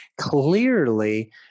clearly